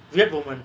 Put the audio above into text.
weird movement